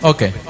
Okay